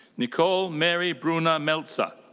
nicole mary bruna melzer.